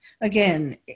again